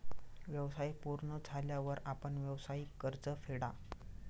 व्यवसाय पूर्ण झाल्यावर आपण व्यावसायिक कर्ज फेडा